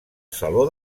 saló